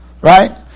right